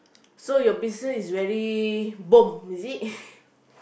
so your business is very bomb